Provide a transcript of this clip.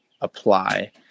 apply